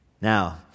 Now